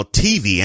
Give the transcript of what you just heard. tv